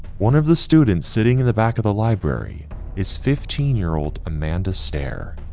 one of the students sitting in the back of the library is fifteen year old amanda stair,